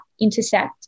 intersect